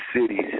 cities